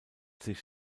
sich